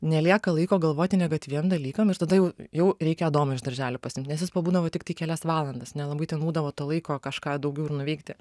nelieka laiko galvoti negatyviem dalykam ir tada jau jau reikia adomą iš darželio pasiimt nes jis pabūdavo tiktai kelias valandas nelabai ten būdavo to laiko kažką daugiau ir nuveikti